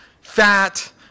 fat